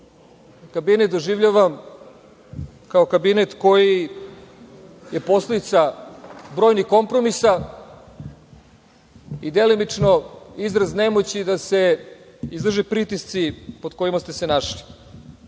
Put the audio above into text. kabinet doživljavam kao kabinet koji je posledica brojnih kompromisa i, delimično, izraz nemoći da se izdrže pritisci pod kojima ste se našli.U